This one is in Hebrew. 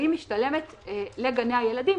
והיא משתלמת לגני הילדים,